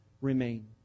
Remain